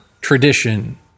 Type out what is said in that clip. tradition